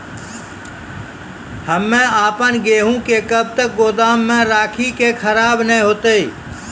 हम्मे आपन गेहूँ के कब तक गोदाम मे राखी कि खराब न हते?